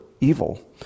evil